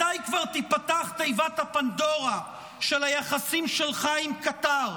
מתי כבר תיפתח תיבת הפנדורה של היחסים שלך עם קטר,